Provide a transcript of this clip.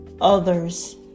others